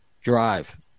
drive